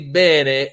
bene